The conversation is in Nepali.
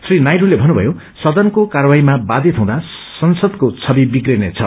श्री नायडूले भन्नुभयो सदनको कार्यवाहीमा बाथित हुँदा संसदको डवि विग्रने छ